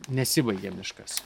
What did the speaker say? nesibaigia miškas